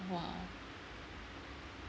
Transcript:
!wah!